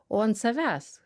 o ant savęs